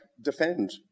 defend